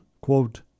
quote